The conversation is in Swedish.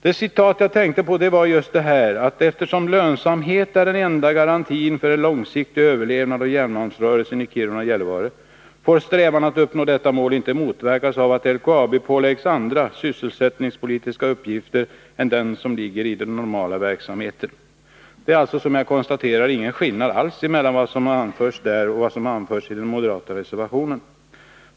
Det citat jag tänker på är följande: ”Eftersom lönsamheten är den enda garantin för en långsiktig överlevnad av järnmalmsrörelserna i Kiruna och Gällivare får strävan att uppnå detta mål inte motverkas av att LKAB påläggs andra sysselsättningspolitiska uppgifter än de som ligger i den normala verksamheten.” Det är, som jag konstaterat, alls ingen skillnad mellan det citerade och det som anförs i den moderata reservationen.